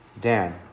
Dan